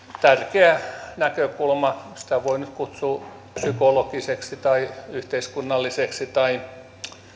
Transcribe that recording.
tärkeä näkökulma sitä voi nyt kutsua psykologiseksi tai yhteiskunnalliseksi tai